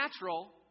natural